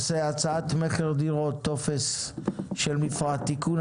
הנושא היום הוא הצעת צו מכר דירות (טופס של מפרט) (תיקון),